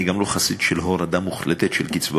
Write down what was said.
אני גם לא חסיד של הורדה מוחלטת של קצבאות.